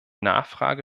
nachfrage